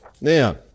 Now